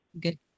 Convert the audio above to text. Good